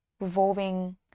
revolving